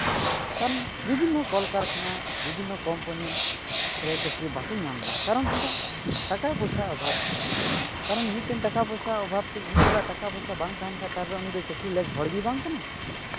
ᱠᱟᱨᱚᱱ ᱵᱤᱵᱷᱤᱱᱱᱚ ᱠᱚᱞ ᱠᱟᱨᱠᱷᱟᱱᱟ ᱵᱤᱵᱷᱤᱱᱱᱚ ᱠᱚᱢᱯᱟᱱᱤ ᱨᱮ ᱪᱟᱹᱠᱨᱤ ᱵᱟᱝᱠᱚ ᱧᱟᱢᱫᱟ ᱠᱟᱨᱚᱱ ᱪᱮᱫᱟᱜ ᱴᱟᱠᱟ ᱯᱚᱭᱥᱟ ᱚᱵᱷᱟᱵᱽ ᱛᱮ ᱠᱟᱨᱚᱱ ᱢᱤᱫᱴᱟᱝ ᱴᱟᱠᱟ ᱯᱚᱭᱥᱟ ᱚᱵᱷᱟᱵᱽ ᱛᱮ ᱢᱤᱫ ᱦᱚᱲᱟᱜ ᱴᱟᱠᱟ ᱯᱚᱭᱥᱟ ᱵᱟᱝ ᱛᱟᱦᱮᱱ ᱠᱷᱟᱡ ᱛᱟᱨᱯᱚᱨᱮ ᱩᱱᱤ ᱫᱚ ᱪᱟᱹᱠᱨᱤ ᱞᱮᱜᱽ ᱦᱚᱲ ᱜᱮ ᱵᱟᱝ ᱠᱟᱱᱟᱭ